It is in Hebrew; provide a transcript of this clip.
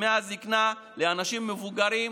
דמי הזקנה לאנשים מבוגרים,